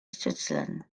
switzerland